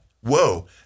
Whoa